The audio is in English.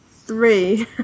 three